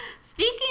Speaking